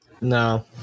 No